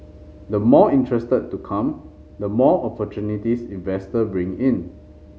the more interested to come the more opportunities investor bring in